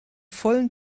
vollen